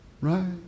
Right